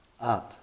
Art